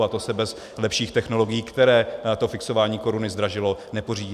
A to se bez lepších technologií, které to fixování koruny zdražilo, nepořídí.